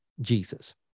Jesus